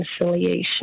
reconciliation